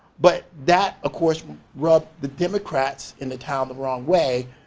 but that of course rub the democrats in the town the wrong way.